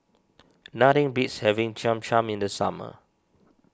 nothing beats having Cham Cham in the summer